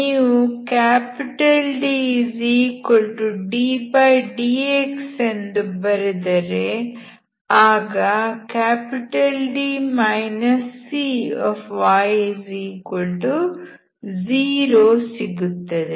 ನೀವು Dddx ಎಂದು ಬರೆದರೆ ಆಗ D cy0 ಸಿಗುತ್ತದೆ